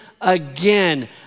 again